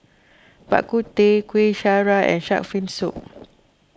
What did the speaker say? Bak Kut Teh Kuih Syara and Shark's Fin Soup